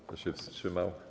Kto się wstrzymał?